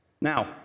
Now